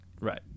Right